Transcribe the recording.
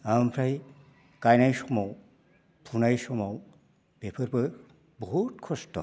ओमफ्राय गायनाय समाव फुनाय समाव बेफोरबो बहुत खस्थ'